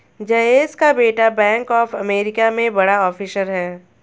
जयेश का बेटा bank of America में बड़ा ऑफिसर है